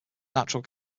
natural